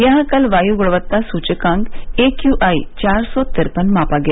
यहां कल वायु गुणवत्ता सुचकांक एक्यूआई चार सौ तिरपन मापा गया